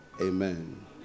Amen